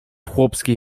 chłopskiej